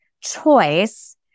choice